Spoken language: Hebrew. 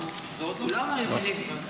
זה עוד לא נשמע?